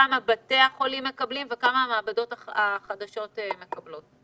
כמה בתי החולים מקבלים וכמה המעבדות החדשות מקבלות.